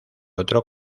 otro